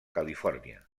califòrnia